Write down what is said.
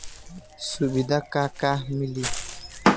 सुविधा का का मिली?